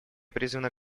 призвано